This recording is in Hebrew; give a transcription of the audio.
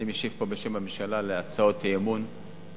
אני משיב פה בשם הממשלה על הצעות האי-אמון בנושא: